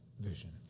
vision